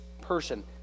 person